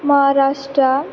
Maharashtra